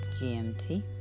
GMT